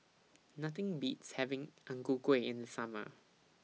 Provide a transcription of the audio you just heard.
Nothing Beats having Ang Ku Kueh in The Summer